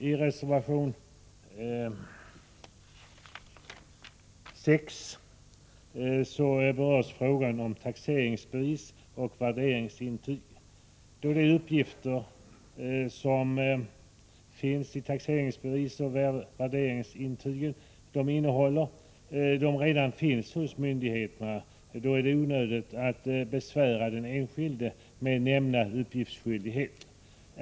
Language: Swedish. I reservation 6 berörs frågan om taxeringsbevis och värderingsintyg. Då de uppgifter som taxeringsbevis och värderingsintyg innehåller redan finns hos myndigheterna, är det onödigt att besvära den enskilde med nämnda uppgiftsskyldighet.